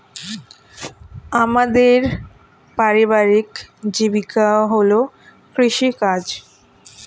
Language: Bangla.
আমাদের পারিবারিক জীবিকা হল কৃষিকাজ